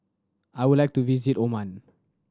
I would like to visit Oman